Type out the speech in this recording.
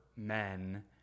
men